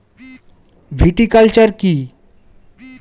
Viticulture কী?